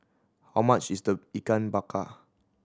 how much is the Ikan Bakar